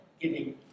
giving